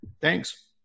thanks